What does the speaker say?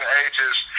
ages